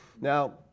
Now